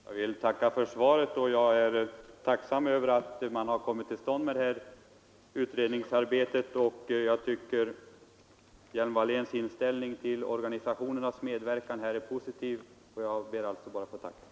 Herr talman! Jag vill tacka för svaret på min fråga. Jag är tacksam för att man har kommit i gång med detta utredningsarbete. Statsrådet Hjelm-Walléns inställning när det gäller organisationernas medverkan anser jag vara positiv, och jag ber bara att få tacka.